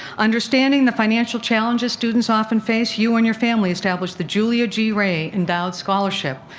understanding the financial challenges students often face, you and your family established the julia g. ray endowed scholarship,